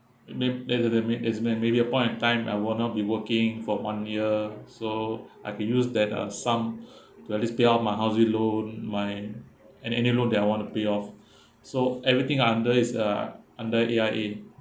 then later when as when maybe a point of time I will not be working for one year so I can use that uh some like this pay out my housing loan my any any loan that I want to pay off so everything under is uh under A_I_A